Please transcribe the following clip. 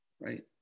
right